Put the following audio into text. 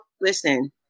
listen